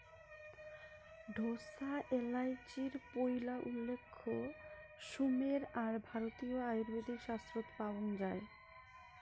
ঢোসা এ্যালাচির পৈলা উল্লেখ সুমের আর ভারতীয় আয়ুর্বেদিক শাস্ত্রত পাওয়াং যাই